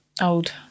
old